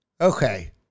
Okay